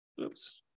Oops